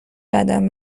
قدم